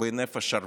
בהינף השרביט.